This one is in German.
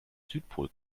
südpol